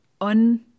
on